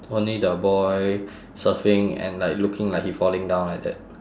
only the boy surfing and like looking like he falling down like that